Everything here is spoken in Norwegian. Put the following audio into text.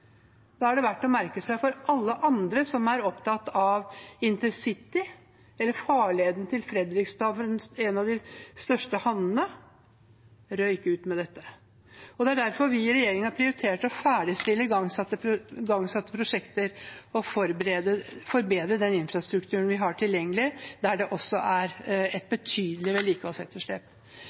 Da er det verdt å merke seg for alle andre som er opptatt av intercity eller farleden til Fredrikstad, en av de største havnene, at det røyk ut med dette. Det er derfor vi i regjeringen har prioritert å ferdigstille igangsatte prosjekter og forbedre den infrastrukturen vi har tilgjengelig, der det også er et betydelig vedlikeholdsetterslep.